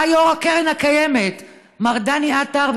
בא יו"ר הקרן הקיימת מר דני עטר,